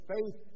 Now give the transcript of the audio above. Faith